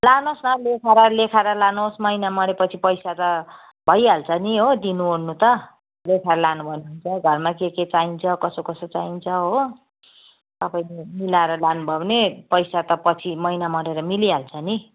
लानुहोस् न लेखाएर लेखाएर लानुहोस् महिना मरेपछि पैसा त भइहाल्छ नि हो दिनुओर्नु त लेखाएर लानुभए हुन्छ घरमा के के चाहिन्छ कसो कसो चाहिन्छ हो तपाईँले मिलाएर लानुभयो भने पैसा त पछि महिना मरेर मिलिहाल्छ नि